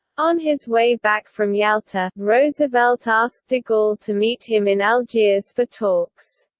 on his way back from yalta, roosevelt asked de gaulle to meet him in algiers for talks.